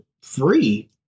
free